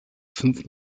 fünf